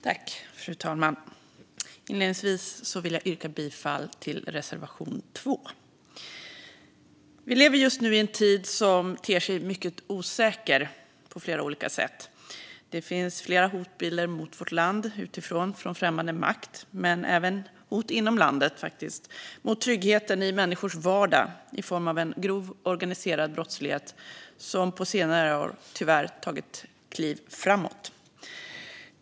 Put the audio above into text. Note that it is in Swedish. Fru talman! Inledningsvis vill jag yrka bifall till reservation 2. Vi lever just nu i en tid som ter sig mycket osäker på flera olika sätt. Det finns flera hotbilder mot vårt land. Det finns hot utifrån, från främmande makt, men även hot inom landet, mot tryggheten i människors vardag, i form av en grov organiserad brottslighet som på senare år tyvärr tagit kliv framåt.